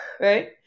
right